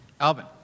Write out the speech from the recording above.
Alvin